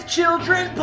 Children